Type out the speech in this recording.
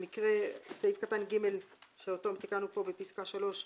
במקרה סעיף קטן (ג), שאותו תיקנו פה בפסקה (3),